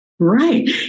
Right